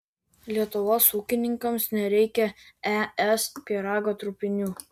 lietuvos ūkininkams nereikia es pyrago trupinių